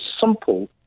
simple